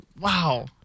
wow